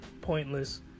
pointless